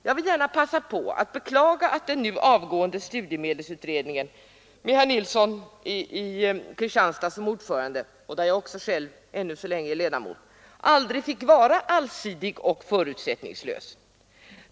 Jag vill gärna passa på att beklaga att den nu upphörande studiemedelsutredningen, som haft herr Nilsson i Kristianstad som ordförande och där jag själv ännu så länge är ledamot, aldrig fick arbeta allsidigt och förutsättningslöst.